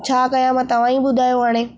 छा कयां मां तव्हां ई ॿुधायो हाणे